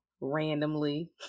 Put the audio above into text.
randomly